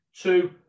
two